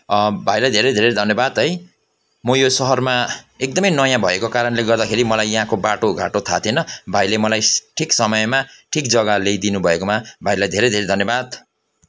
भाइलाई धेरै धेरै धन्यवाद है म यो सहरमा एकदमै नयाँ भएको कारणले गर्दाखेरी मलाई यहाँको बाटो घाटो थाहा थिएन भाइले मलाई ठिक समयमा ठिक जग्गा ल्याइदिनु भएकोमा भाइलाई धेरै धेरै धन्यवाद